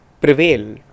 prevail